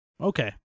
Okay